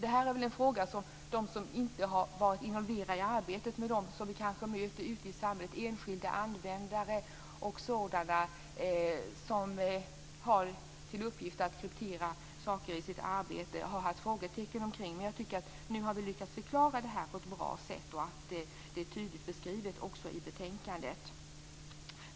Enskilda användare och sådana som har till uppgift att kryptera saker i sitt arbete som vi kanske möter, och som inte har varit involverade i arbetet, har haft frågetecken kring det. Men jag tycker att vi nu har lyckats förklara det på ett bra sätt. Det är också tydligt beskrivet i betänkandet.